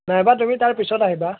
নাইবা তুমি তাৰ পিছত আহিবা